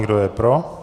Kdo je pro?